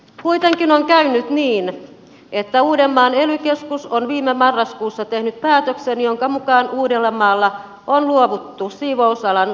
kuitenkin on käynyt niin että uudenmaan ely keskus on viime marraskuussa tehnyt päätöksen jonka mukaan uudellamaalla on luovuttu siivousalan saatavuusharkinnasta